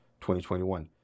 2021